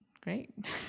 great